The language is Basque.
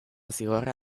zigorra